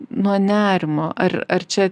nuo nerimo ar ar čia